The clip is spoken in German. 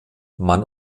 man